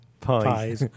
pies